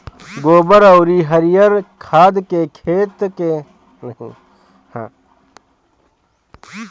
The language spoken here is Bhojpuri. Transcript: गोबर अउरी हरिहर खाद के खेत के बोआई से पहिले ही डालल जात हवे